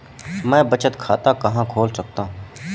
मैं बचत खाता कहाँ खोल सकता हूँ?